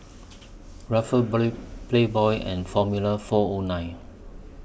Ruffles Playboy and Formula four O nine